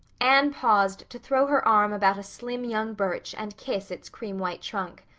anne paused to throw her arm about a slim young birch and kiss its cream-white trunk.